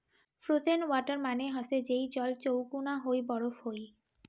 frozen water মানে হসে যেই জল চৌকুনা হই বরফ হই